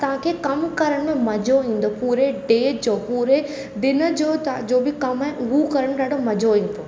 तव्हांखे कमु करण में मज़ो ईंदो पूरे डे जो पूरे दिन जो द जो बि कमु आहे उहो करण में ॾाढो मज़ो ईंदो